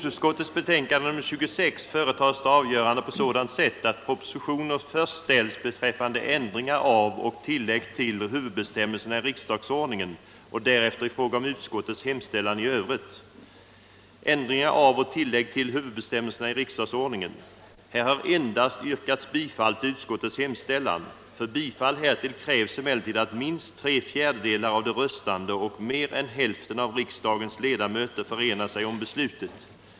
Utskottet föreslår ändring i huvudbestämmelse i riksdagsordningen genom ett enda beslut. Här har endast yrkats bifall till utskottets hemställan. För bifall härtill krävs emellertid att minst tre fjärdedelar av de röstande och mer än hälften av riksdagens ledamöter förenar sig om beslutet.